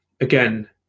again